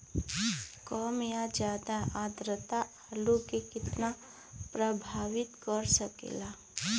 कम या ज्यादा आद्रता आलू के कितना प्रभावित कर सकेला?